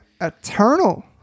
eternal